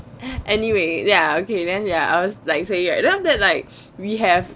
anyway then I okay then ya I was saying right then after that like we have